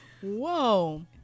whoa